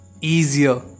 easier